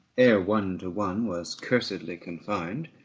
ere one to one was cursedly confined,